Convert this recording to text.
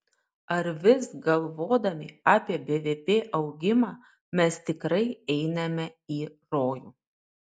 ar vis galvodami apie bvp augimą mes tikrai einame į rojų